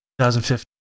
2015